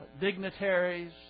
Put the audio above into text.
dignitaries